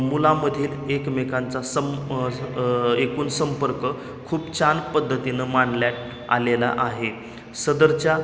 मुलांमधील एकमेकांचा सम् स् एकूण संपर्क खूप छान पद्धतीनं माणल्यात आलेला आहे सदरच्या